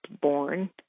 born